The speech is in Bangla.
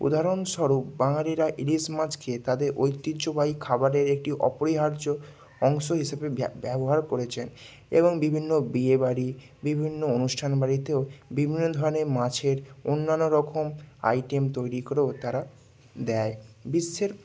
উদাহরণস্বরূপ বাঙালিরা ইলিশ মাছকে তাদের ঐতিহ্যবাহী খাবারের একটি অপরিহার্য অংশ হিসাবে ব্য ব্যবহার করেছে এবং বিভিন্ন বিয়েবাড়ি বিভিন্ন অনুষ্ঠান বাড়িতেও বিভিন্ন ধরনের মাছের অন্যান্য রকম আইটেম তৈরী করেও তারা দেয় বিশ্বের